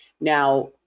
Now